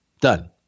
Done